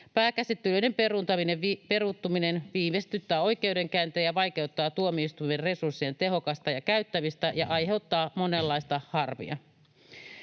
Pääkäsittelyiden peruuntuminen viivästyttää oikeudenkäyntejä, vaikeuttaa tuomioistuinten resurssien tehokasta käyttämistä ja aiheuttaa monenlaista harmia.